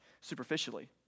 superficially